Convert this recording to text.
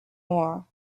moor